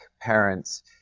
parents